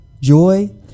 joy